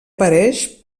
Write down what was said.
apareix